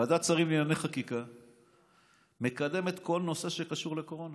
ועדת שרים לענייני חקיקה מקדמת כל נושא שקשור לקורונה.